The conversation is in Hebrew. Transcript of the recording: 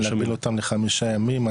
להגביל אותם לחמישה ימים,